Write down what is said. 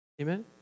Amen